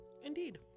indeed